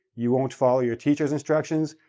you won't follow your teachers' instructions,